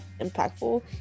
impactful